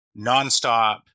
nonstop